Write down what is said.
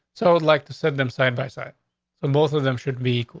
so i would like to set them side by side on. both of them should be